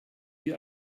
wie